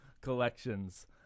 Collections